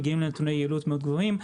מגיעים לנתוני יעילות מאוד גבוהים,